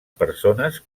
persones